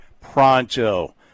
pronto